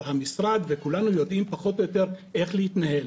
המשרד וכולנו יודעים פחות או יותר איך להתנהל,